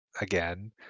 again